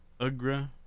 Ugra